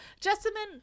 Jessamine